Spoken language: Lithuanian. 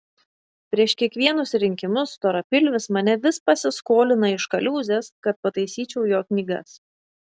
prieš kiekvienus rinkimus storapilvis mane vis pasiskolina iš kaliūzės kad pataisyčiau jo knygas